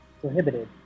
prohibited